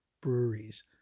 breweries